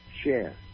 share